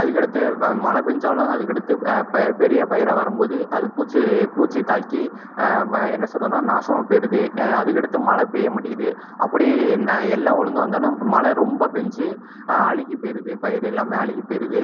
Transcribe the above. அதுக்கடுத்து மழைப்பேஞ்சாலும் அதுக்கடுத்து பெ பெரிய பயிராக வரம்போது அது பூச்சு பூச்சுத்தாக்கி வ என்ன சொல்லுறதுனா நாசமாக போயிருது அதுக்கடுத்து மழைப்பேய மாட்டுக்கிது அப்படி எல்லாம் ஒழுங்காகா வந்தாலும் மழை ரொம்ப பேஞ்சு அழுகிப்போயிருது பயிறு எல்லாமே அழிகிப்பேயிருது